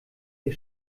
ihr